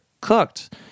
cooked